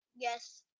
yes